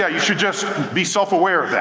yeah you should just be self aware of that.